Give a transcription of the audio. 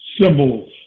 symbols